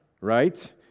Right